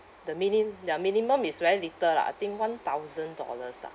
the minim~ their minimum is very little lah I think one thousand dollars ah